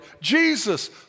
Jesus